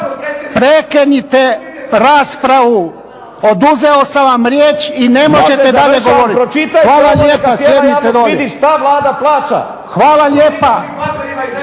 Prekinite raspravu, oduzeo sam vam riječ i ne možete dalje govoriti. Hvala lijepa, sjednite